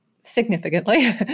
significantly